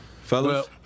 Fellas